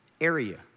area